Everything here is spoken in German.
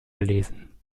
gelesen